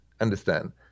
understand